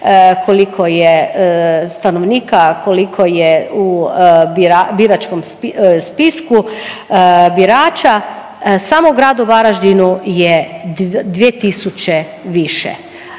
koliko je stanovnika, koliko je u biračkom spisku birača, samo u gradu Varaždinu je 2000 više,